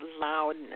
loudness